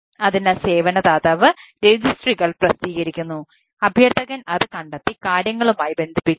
അതിനാൽ സേവന ദാതാവ് രജിസ്ട്രികൾ പ്രസിദ്ധീകരിക്കുന്നു അഭ്യർത്ഥകൻ അത് കണ്ടെത്തി കാര്യങ്ങളുമായി ബന്ധിപ്പിക്കുന്നു